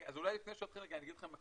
אז אולי לפני שנתחיל אני אגיד לכם,